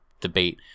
debate